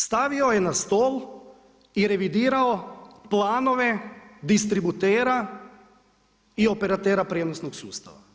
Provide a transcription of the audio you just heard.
Stavio je na stol i revidirao planove distributera i operatera prijenosnog sustava.